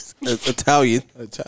Italian